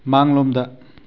ꯃꯥꯡꯂꯣꯝꯗ